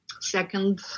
second